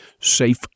safe